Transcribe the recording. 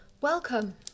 welcome